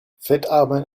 fettarme